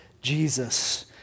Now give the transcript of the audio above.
Jesus